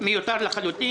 סעיף מיותר לחלוטין,